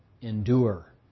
endure